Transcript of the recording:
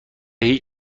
هیچ